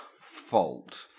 fault